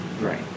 right